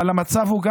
אבל גם בצפון,